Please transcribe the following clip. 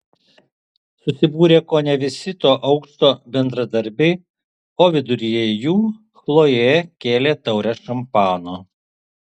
susibūrė kone visi to aukšto bendradarbiai o viduryje jų chlojė kėlė taurę šampano